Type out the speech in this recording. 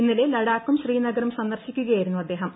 ഇന്നലെ ലഡാക്കും ശ്രീനഗറും സന്ദർശിക്കുകയായിരുന്നു അദ്ദേഹം